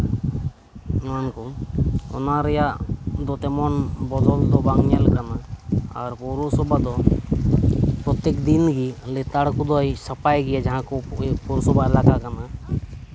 ᱚᱱᱟᱠᱚ ᱚᱱᱟ ᱨᱮᱭᱟᱜ ᱫᱚ ᱛᱮᱢᱚᱱ ᱵᱚᱫᱚᱞ ᱠᱚ ᱵᱟᱝ ᱧᱮᱞ ᱠᱟᱱᱟ ᱟᱨ ᱯᱳᱨᱚᱥᱚᱵᱷᱟ ᱫᱚ ᱯᱨᱚᱛᱮᱠ ᱫᱤᱱ ᱜᱮ ᱞᱮᱛᱟᱲ ᱠᱚ ᱥᱟᱯᱷᱟᱭ ᱜᱮᱭᱟ ᱡᱟᱸᱦᱟ ᱠᱚ ᱯᱳᱨᱚᱥᱚᱵᱷᱟ ᱮᱞᱟᱠᱟ ᱠᱟᱱᱟ